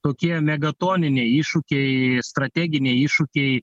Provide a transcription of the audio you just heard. tokie megatoniniai iššūkiai strateginiai iššūkiai